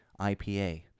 IPA